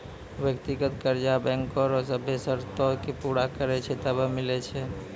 व्यक्तिगत कर्जा बैंको रो सभ्भे सरतो के पूरा करै छै तबै मिलै छै